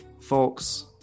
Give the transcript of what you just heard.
Folks